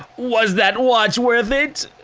was that watch worth it?